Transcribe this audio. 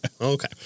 okay